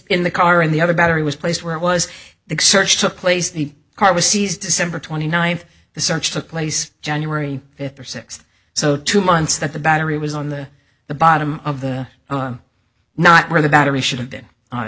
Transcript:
in the car in the other battery was placed where it was the search took place the car was seized december twenty ninth the search took place january fifth or sixth so two months that the battery was on the the bottom of the not where the battery should have been on